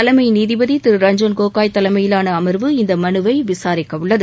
தலைமை நீதிபதி திரு ரஞ்ஜன் கோகோய் தலைமையிலான அமர்வு இந்த மனுவை விசாரிக்கவுள்ளது